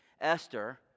Esther